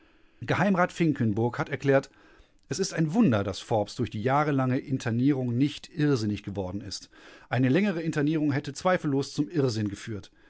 rat finkelnburg hat erklärt klärt es ist ein wunder daß forbes durch die jahrelange internierung nicht irrsinnig geworden ist eine längere internierung hätte zweifellos zum irrsinn geführt